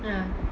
ah